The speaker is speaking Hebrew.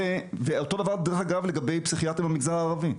אותו דבר, דרך אגב, לגבי פסיכיאטרים במגזר הערבי.